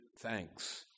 thanks